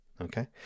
Okay